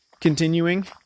continuing